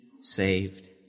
saved